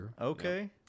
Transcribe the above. Okay